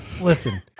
Listen